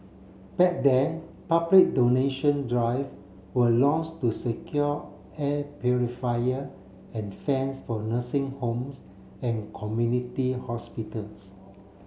back then public donation drive were launch to secure air purifier and fans for nursing homes and community hospitals